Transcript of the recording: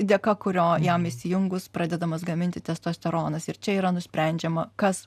dėka kurio jam įsijungus pradedamas gaminti testosteronas ir čia yra nusprendžiama kas